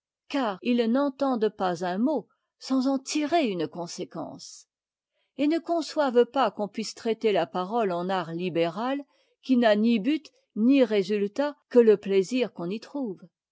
car ils n'entendent pas un mot sans en tirer une conséquence et ne conçoivent pas qu'on puisse traiter la parole en art tibéral qui n'a ni but ni résultat si ce n'est le plaisir qu'on y trouve